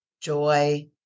joy